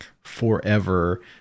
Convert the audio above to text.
forever